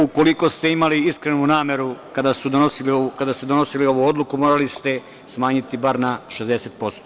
Ukoliko ste imali iskrenu nameru kada ste donosili ovu odluku, morali ste smanjiti bar na 60%